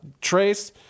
Trace